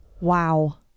Wow